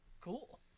Cool